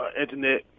internet